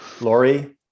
Laurie